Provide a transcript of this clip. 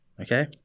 okay